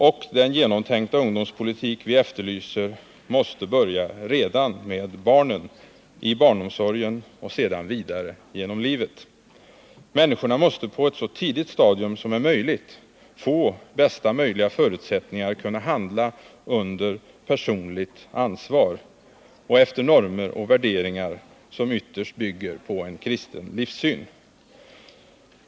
Och den genomtänkta ungdomspolitik vi efterlyser måste börja redan med barnen, i barnomsorgen och sedan vidare genom livet. Människorna måste på ett så tidigt stadium som möjligt få bästa möjliga förutsättningar att handla under personligt ansvar, efter normer och värderingar som ytterst bygger på en kristen livssyn.